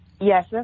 Yes